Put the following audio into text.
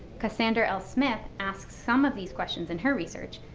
cassander l. smith asks some of these questions in her research,